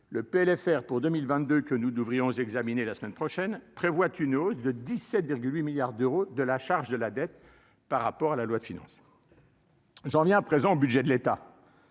le PLFR pour 2022 que nous devrions examiner la semaine prochaine, prévoit une hausse de 17,8 milliards d'euros de la charge de la dette par rapport à la loi de finances, j'en reviens à présent au budget de l'État,